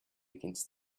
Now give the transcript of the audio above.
against